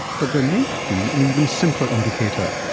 but there may have been an even simpler indicator.